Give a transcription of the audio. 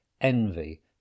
envy